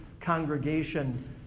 congregation